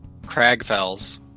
cragfells